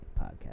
podcast